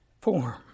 form